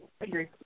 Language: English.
agree